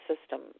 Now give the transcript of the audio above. system